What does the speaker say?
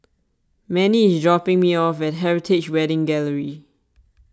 Manie is dropping me off at Heritage Wedding Gallery